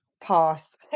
pass